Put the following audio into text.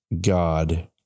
god